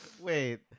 Wait